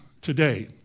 today